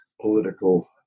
political